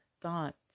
thoughts